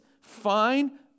fine